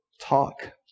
talk